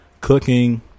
cooking